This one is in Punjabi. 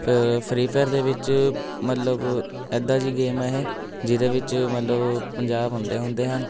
ਫਰੀ ਫਾਇਰ ਦੇ ਵਿੱਚ ਮਤਲਬ ਇੱਦਾਂ ਦੀ ਗੇਮ ਹੈ ਇਹ ਜਿਹਦੇ ਵਿੱਚ ਮਤਲਬ ਪੰਜਾਹ ਬੰਦੇ ਹੁੰਦੇ ਹਨ